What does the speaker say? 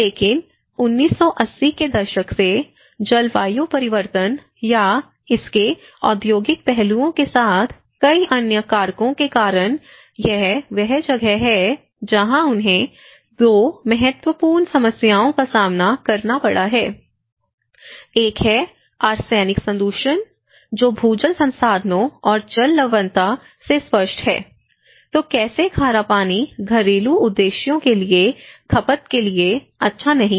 लेकिन 1980 के दशक से जलवायु परिवर्तन या इसके औद्योगिक पहलुओं के साथ कई अन्य कारकों के कारण यह वह जगह है जहां उन्हें 2 महत्वपूर्ण समस्याओं का सामना करना पड़ा है एक है आर्सेनिक संदूषण जो भूजल संसाधनों और जल लवणता से स्पष्ट है तो कैसे खारा पानी घरेलू उद्देश्यों के लिए खपत के लिए अच्छा नहीं है